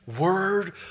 word